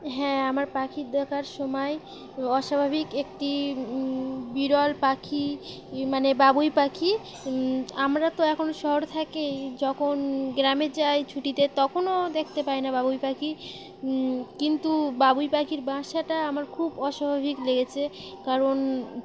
হ্যাঁ আমার পাখি দেখার সময় অস্বাভাবিক একটি বিরল পাখি মানে বাবুই পাখি আমরা তো এখন শহর থাকি যখন গ্রামে যাই ছুটিতে তখনও দেখতে পাই না বাবুই পাখি কিন্তু বাবুই পাখির বাসাটা আমার খুব অস্বাভাবিক লেগেছে কারণ